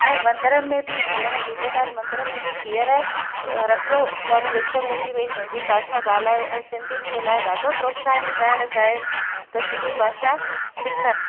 ऐं मंदर में बि हींअर झूलेलाल मंदर में बि हींअर रखियो हुअनि विच में बि भई सिंधी भाषा ॻाल्हायो ऐं सिंधियुनि जे लाइ ॾाढो प्रोत्साहन करणु चाहिनि त सिंधी भाषा सिखनि